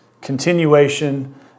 Continuation